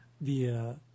via